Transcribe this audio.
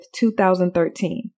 2013